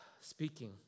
speaking